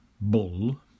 Bull